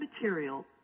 material